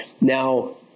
Now